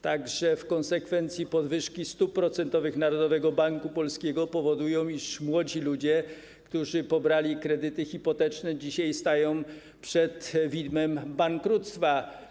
Także w konsekwencji podwyżki stóp procentowych Narodowego Banku Polskiego powodują, iż młodzi ludzie, którzy pobrali kredyty hipoteczne, dzisiaj stają przed widmem bankructwa.